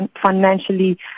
financially